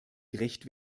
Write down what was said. gerecht